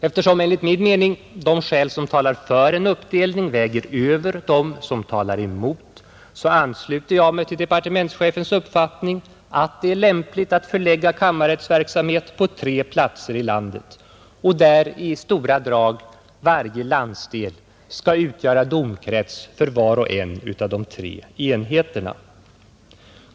Eftersom enligt min mening de skäl som talar för en uppdelning väger över dem som talar mot ansluter jag mig till departementschefens uppfattning, att det är lämpligt att förlägga kammarrättsverksamhet på tre platser i landet och där i stora drag varje landsdel skall utgöra domkrets för var och en av de tre enheterna.